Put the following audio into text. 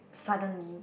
suddenly